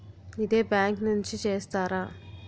ఇదే బ్యాంక్ నుంచి చేస్తారా?